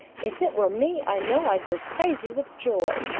if it were me i know i'd go crazy with joy.